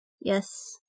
Yes